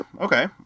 Okay